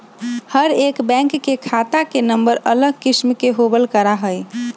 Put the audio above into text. हर एक बैंक के खाता के नम्बर अलग किस्म के होबल करा हई